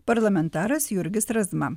parlamentaras jurgis razma